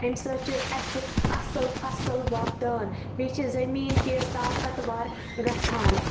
اَمہِ سۭتۍ چھِ اَسہِ اَصٕل فصٕل وۄپدان بیٚیہِ چھِ زمیٖن تہِ طاقتوَر گژھان